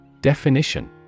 Definition